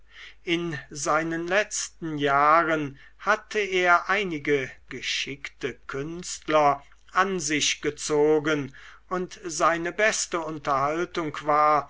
in seinen letzten jahren hatte er einige geschickte künstler an sich gezogen und seine beste unterhaltung war